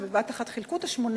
בבת אחת חילקו את השמונה,